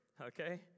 okay